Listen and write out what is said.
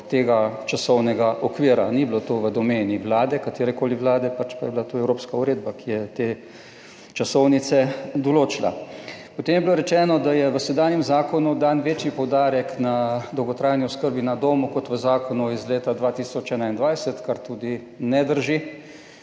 do tega časovnega okvira. Ni bilo to v domeni vlade, katerekoli vlade, pač pa je bila to evropska uredba, ki je te časovnice, določila. Potem je bilo rečeno, da je v sedanjem zakonu dan večji poudarek na dolgotrajni oskrbi na domu, kot v zakonu iz leta 2021, kar tudi ne drži.